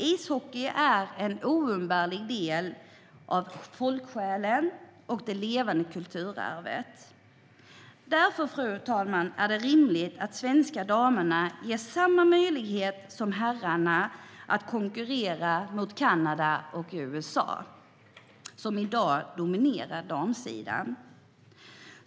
Ishockey är en oumbärlig del av folksjälen och det levande kulturarvet. Därför, fru talman, är det rimligt att de svenska damerna ges samma möjlighet som herrarna att konkurrera mot Kanada och USA, som i dag dominerar på damsidan.